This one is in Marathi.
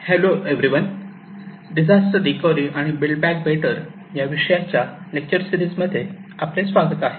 हॅलो एवेरिवन डिजास्टर रिकव्हरी आणि बिल्ड बॅक बेटर या विषयाच्या लेक्चर सीरिजमध्ये आपले स्वागत आहे